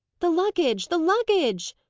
the luggage! the luggage!